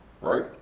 right